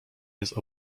jest